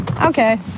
Okay